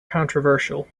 controversial